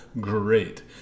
great